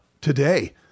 today